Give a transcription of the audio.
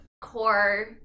core